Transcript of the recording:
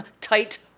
tight